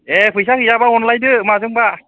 ए फैसा गैयाबा अनलायदो माजोंबा